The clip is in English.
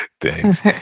Thanks